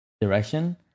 direction